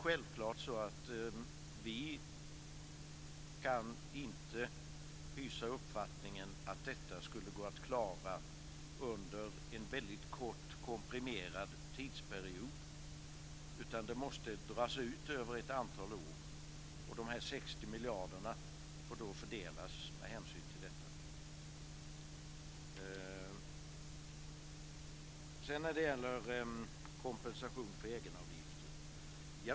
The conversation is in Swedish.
Självklart kan vi inte hysa uppfattningen att detta skulle gå att klara under en väldigt kort och komprimerad tidsperiod, utan detta måste dras ut över ett antal år. Och dessa 60 miljarder får då fördelas med hänsyn till detta. Sedan gällde det kompensation för egenavgifter.